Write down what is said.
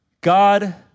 God